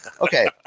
Okay